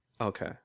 Okay